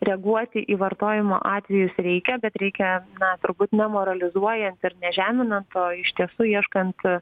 reaguoti į vartojimo atvejus reikia bet reikia na turbūt nemoralizuojant ir nežeminant o iš tiesų ieškant